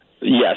Yes